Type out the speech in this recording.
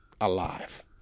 alive